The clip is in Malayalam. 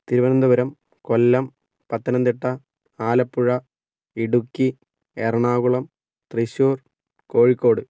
തിരുവനന്തപുരം കൊല്ലം പത്തനംത്തിട്ട ആലപ്പുഴ ഇടുക്കി എറണാകുളം തൃശ്ശൂർ കോഴിക്കോട്